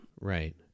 right